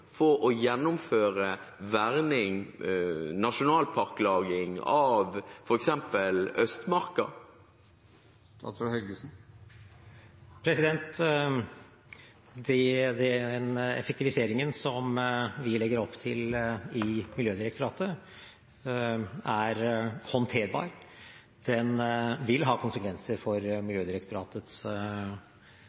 å gjennomføre verning og til å lage nasjonalpark f.eks. av Østmarka? Den effektiviseringen som vi legger opp til i Miljødirektoratet, er håndterbar, men den vil ha konsekvenser for Miljødirektoratets